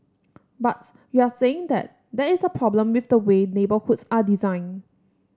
but you're saying that there is a problem with the way neighbourhoods are designed